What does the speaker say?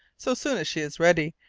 so soon as she is ready,